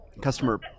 customer